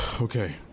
okay